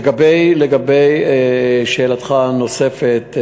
לגבי שאלתך הנוספת,